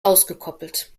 ausgekoppelt